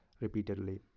repeatedly